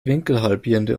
winkelhalbierende